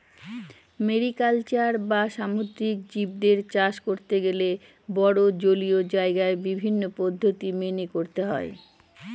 mariculture বা সামুদ্রিক জীবদের চাষ করতে গেলে বড়ো জলীয় জায়গায় বিভিন্ন পদ্ধতি মেনে করতে হয়